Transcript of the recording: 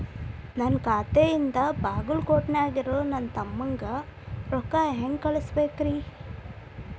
ನನ್ನ ಖಾತೆಯಿಂದ ಬಾಗಲ್ಕೋಟ್ ನ್ಯಾಗ್ ಇರೋ ನನ್ನ ತಮ್ಮಗ ರೊಕ್ಕ ಹೆಂಗ್ ಕಳಸಬೇಕ್ರಿ?